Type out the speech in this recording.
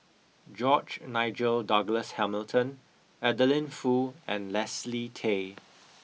George Nigel Douglas Hamilton Adeline Foo and Leslie Tay